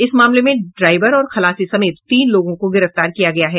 इस मामले में ड्राईवर और खलासी समेत तीन लोगों को गिरफ्तार किया गया है